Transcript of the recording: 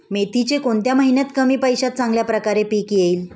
मेथीचे कोणत्या महिन्यात कमी पैशात चांगल्या प्रकारे पीक येईल?